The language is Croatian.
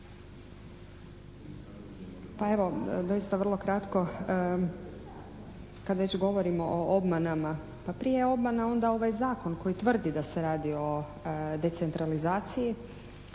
Pa evo doista vrlo kratko. Kad već govorim o obmanama pa prije je obmana onda ovaj zakon koji tvrdi da se radi o decentralizaciji